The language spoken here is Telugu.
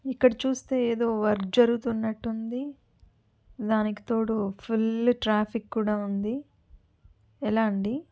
ఇక్కడ చూస్తే ఏదో వర్క్ జరుగుతున్నట్టు ఉంది దానికి తోడు ఫుల్లు ట్రాఫిక్ కూడా ఉంది ఎలా అండి